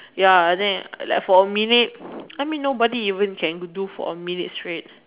ya and then and for a minute I mean nobody can do for a minute straight